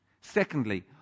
Secondly